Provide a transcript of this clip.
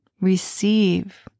receive